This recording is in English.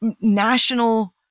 national